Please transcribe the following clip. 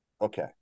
Okay